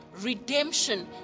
redemption